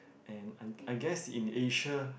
and I I guess in Asia